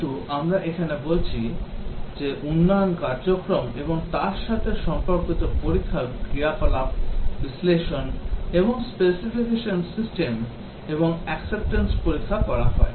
যেহেতু আমরা এখানে বলছি যে উন্নয়ন কার্যক্রম এবং তার সাথে সম্পর্কিত পরীক্ষার ক্রিয়াকলাপ বিশ্লেষণ এবং specification system এবং acceptance পরীক্ষা করা হয়